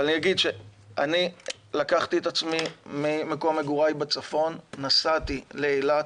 אני לקחת את עצמי ממקום מגוריי בצפון ונסעתי לאילת